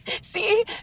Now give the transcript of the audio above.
See